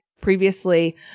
previously